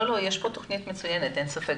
יש פה תוכנית מצוינת, אין ספק.